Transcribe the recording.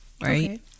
right